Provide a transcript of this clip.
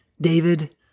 David